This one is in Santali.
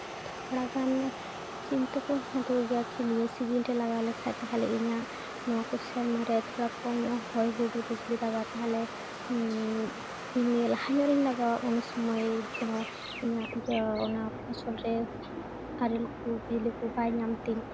ᱛᱷᱚᱲᱟ ᱜᱟᱱ ᱪᱤᱱᱛᱟᱹ ᱠᱚ ᱦᱮᱱᱟᱜ ᱛᱟᱠᱚ ᱜᱮᱭᱟ ᱱᱤᱭᱟᱹ ᱥᱤᱡᱤᱱ ᱨᱮ ᱞᱟᱜᱟᱣ ᱞᱮᱠᱷᱟᱡ ᱛᱟᱦᱚᱞᱮ ᱤᱧᱟᱹᱜ ᱱᱚᱣᱟ ᱠᱚ ᱥᱮᱨᱢᱟ ᱨᱮ ᱛᱷᱚᱲᱟ ᱠᱚᱢ ᱧᱚᱜ ᱦᱚᱭ ᱦᱩᱰᱩᱨ ᱵᱤᱡᱽᱞᱤ ᱫᱟᱜ ᱟᱭ ᱛᱟᱦᱚᱞᱮ ᱤᱧ ᱱᱤᱭᱟᱹ ᱞᱟᱦᱟ ᱧᱚᱜ ᱨᱤᱧ ᱞᱟᱜᱟᱣᱟ ᱩᱱ ᱥᱚᱢᱚᱭ ᱡᱮᱱᱚ ᱤᱧᱟᱹᱜ ᱚᱱᱟ ᱯᱷᱚᱥᱚᱞ ᱨᱮ ᱟᱨᱮᱞ ᱠᱚ ᱵᱟᱭ ᱧᱟᱢ ᱛᱤᱧ